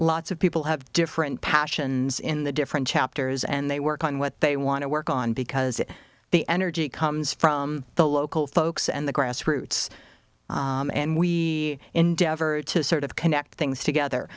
lots of people have different passions in the different chapters and they work on what they want to work on because the energy comes from the local folks and the grassroots and we endeavor to sort of connect things together